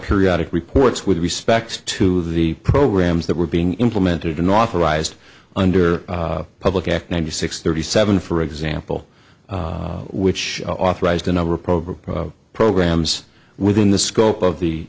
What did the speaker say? periodic reports with respect to the programs that were being implemented unauthorized under public act ninety six thirty seven for example which authorized a number of program programs within the scope of the